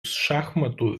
šachmatų